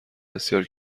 بسیار